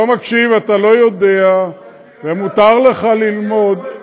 תסלח לי מאוד, אל תלכלך את הדיון.